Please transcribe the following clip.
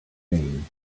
thing